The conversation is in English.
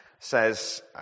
Says